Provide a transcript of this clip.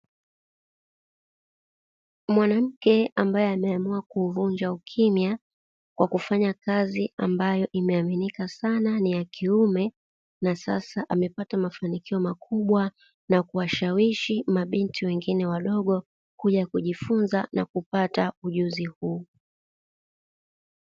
Mwanamke ambae ameamua kuuvunja ukimya kwa kufanya kazi ambayo imeaminika sana ni ya kiume, na sasa amepata mafanikio makubwa na kuwashawishi mabinti wengine wadogo kuja kujifunza na kupata ujuzi huo.